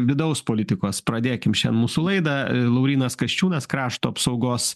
vidaus politikos pradėkime šią mūsų laidą laurynas kasčiūnas krašto apsaugos